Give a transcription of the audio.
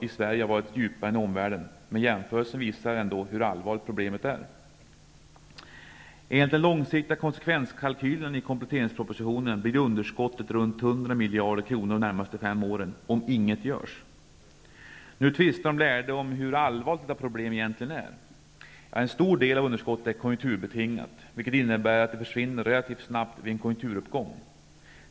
i Sverige varit djupare än i omvärlden, men jämförelsen visar ändå hur allvarligt problemet är. Enligt den långsiktiga konsekvenskalkylen i kompletteringspropositionen blir underskottet runt 100 miljarder kronor under de närmaste fem åren om inget görs. Nu tvistar de lärde om hur allvarligt detta problem egentligen är. En stor del av underskottet är konjunkturbetingat, vilket innebär att det försvinner relativt snabbt vid en konjunkturuppgång.